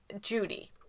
Judy